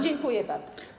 Dziękuję bardzo.